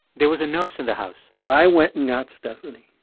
there was a nurse in the house i went and got stephanie.